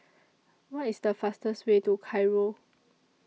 What IS The fastest Way to Cairo